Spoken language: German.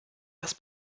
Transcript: das